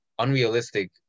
unrealistic